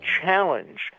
Challenge